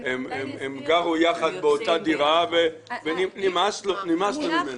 הם גרו יחד באותה דירה ונמאס לו ממנה.